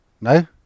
no